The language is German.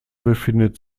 befindet